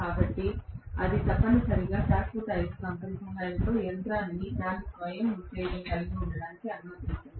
కాబట్టి ఇది తప్పనిసరిగా శాశ్వత అయస్కాంతం సహాయంతో యంత్రాన్ని దాని స్వంత ఉత్తేజం కలిగి ఉండటానికి అనుమతిస్తుంది